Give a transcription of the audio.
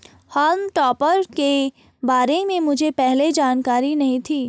हॉल्म टॉपर के बारे में मुझे पहले जानकारी नहीं थी